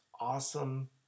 Awesome